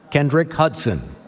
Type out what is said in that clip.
kendrick hudson,